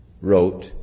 wrote